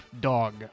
dog